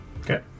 Okay